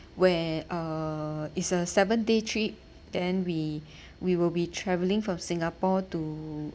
where uh it's a seven day trip then we we will be travelling from singapore to